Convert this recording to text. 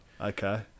Okay